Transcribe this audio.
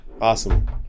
Awesome